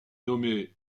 nommé